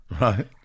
Right